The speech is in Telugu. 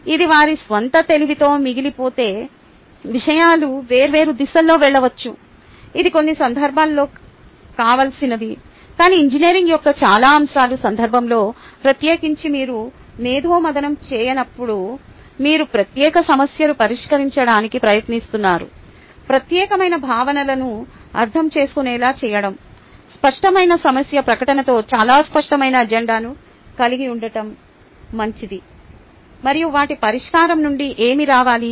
ఇది వారి స్వంత తెలివితో మిగిలిపోతే విషయాలు వేర్వేరు దిశల్లోకి వెళ్ళవచ్చు ఇది కొన్ని సందర్భాలలో కావాల్సినది కానీ ఇంజనీరింగ్ యొక్క చాలా అంశాల సందర్భంలో ప్రత్యేకించి మీరు మేథోమథనం చేయనప్పుడు మీరు ప్రత్యేక సమస్యలు పరిష్కరించడానికి ప్రయత్నిస్తున్నారు ప్రత్యేకమైన భావనలను అర్థం చేసుకునేలా చేయడం స్పష్టమైన సమస్య ప్రకటనతో చాలా స్పష్టమైన ఎజెండాను కలిగి ఉండటం మంచిది మరియు వాటి పరిష్కారం నుండి ఏమి రావాలి